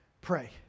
pray